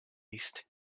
east